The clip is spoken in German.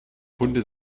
kunde